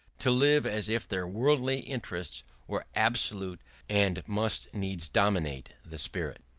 to live as if their worldly interests were absolute and must needs dominate the spirit.